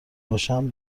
باشم